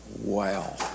Wow